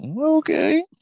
okay